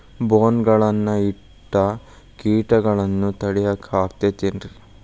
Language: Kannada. ಬೋನ್ ಗಳನ್ನ ಇಟ್ಟ ಕೇಟಗಳನ್ನು ತಡಿಯಾಕ್ ಆಕ್ಕೇತೇನ್ರಿ?